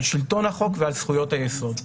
על שלטון החוק ועל זכויות היסוד.